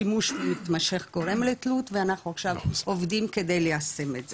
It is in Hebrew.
שימוש מתמשך גורם לתלות ואנחנו עכשיו עובדים כדי ליישם את זה.